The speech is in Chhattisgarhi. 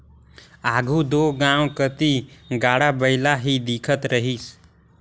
आघु दो गाँव कती गाड़ा बइला ही दिखत रहिस